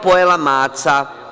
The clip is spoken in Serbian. Pojela maca.